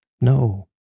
No